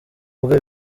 mvuga